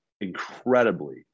incredibly